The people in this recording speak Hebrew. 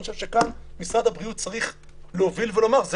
אני חושב שכאן משרד הבריאות צריך להוביל ולומר שזה